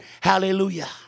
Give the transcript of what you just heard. Hallelujah